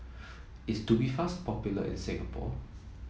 is Tubifast popular in Singapore